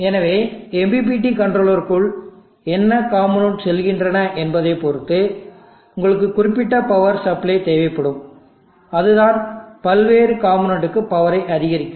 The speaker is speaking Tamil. எனவே MPPT கண்ட்ரோலருக்குள் என்ன காம்போநெண்ட் செல்கின்றன என்பதைப் பொறுத்து உங்களுக்கு குறிப்பிட்ட பவர் சப்ளை தேவைப்படும் அதுதான் பல்வேறு காம்போநெண்ட் க்கு பவரை அதிகரிக்கும்